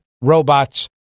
robots